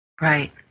Right